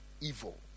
evil